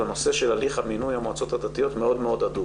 הנושא של הליך המינוי המועצות הדתיות מאוד הדוק,